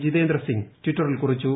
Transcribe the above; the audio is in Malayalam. ജിതേന്ദർസിംഗ് ടിറ്ററിൽ കുറിച്ചു